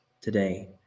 today